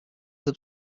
them